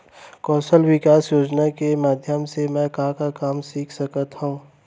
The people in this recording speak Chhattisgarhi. कौशल विकास योजना के माधयम से मैं का का काम सीख सकत हव?